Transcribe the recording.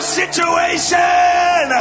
situation